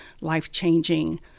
life-changing